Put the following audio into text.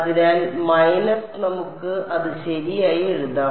അതിനാൽ മൈനസ് നമുക്ക് അത് ശരിയായി എഴുതാം